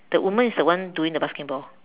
the woman is the one doing the basketball